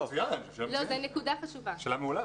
נקודה חשובה.